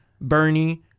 bernie